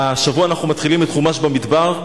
השבוע אנחנו מתחילים את חומש במדבר.